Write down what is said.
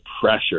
pressure